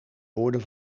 woorden